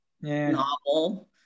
novel